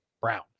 brown